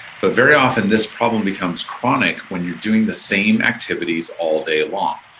but very often, this problem becomes chronic when you're doing the same activities all day long.